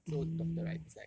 so doctor right it's like